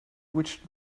which